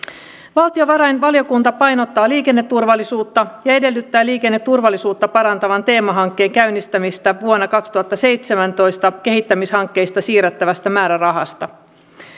valtiovarainvaliokunta painottaa liikenneturvallisuutta ja edellyttää liikenneturvallisuutta parantavan teemahankkeen käynnistämistä vuonna kaksituhattaseitsemäntoista kehittämishankkeista siirrettävästä määrärahasta